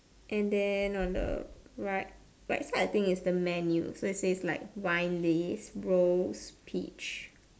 and then on the right right side I think is the menu so it says like wine list rose peach